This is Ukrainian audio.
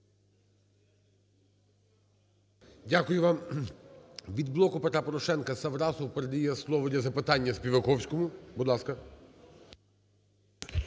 Дякую вам. Від "Блоку Петра Порошенка"Саврасов передає слово для запитання Співаковському, будь ласка.